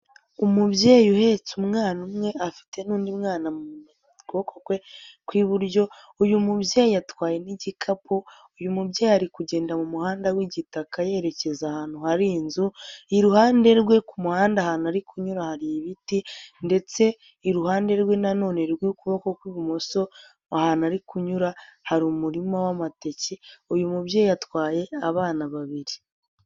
Umubyeyi uhetse umwana umwe afite n'undi mwana mu kuboko kwe kw'iburyo, uyu mubyeyi atwaye n'igikapu, uyu mubyeyi ari kugenda mu muhanda w'igitaka yerekeza ahantu hari inzu, iruhande rwe ku muhanda ahantu ari kunyura hari ibiti, ndetse iruhande rwe na none rw'ukuboko kw'ibumoso ahantu ari kunyura hari umurima w'amateke, uyu mubyeyi atwaye abana babiri.